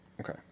Okay